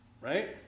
Right